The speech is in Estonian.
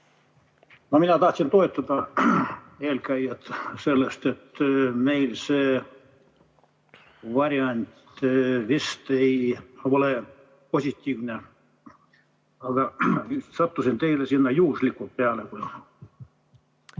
Mina tahtsin toetada eelkäijat selles, et meil see variant vist ei ole positiivne, aga sattusin teile sinna juhuslikult peale.